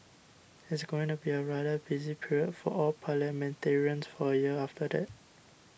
it's going to be a rather busy period for all parliamentarians for a year after day